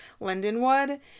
Lindenwood